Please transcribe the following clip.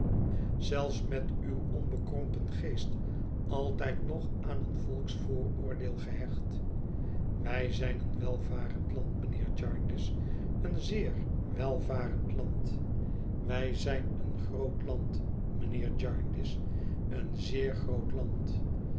zelfs met uw onbekrompen geest altijd nog aan een volksvooroordeel gehecht wij zijn een welvarend land mijnheer jarndyce een zeer welvarend land wij zijn een groot land mijnheer jarndyce een zeer groot land